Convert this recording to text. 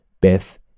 Beth